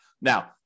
Now